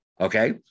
Okay